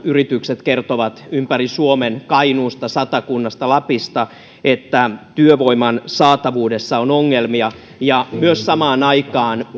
yritykset ympäri suomen kertovat kainuusta satakunnasta lapista että työvoiman saatavuudessa on ongelmia ja samaan aikaan